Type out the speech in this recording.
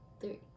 three